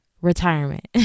retirement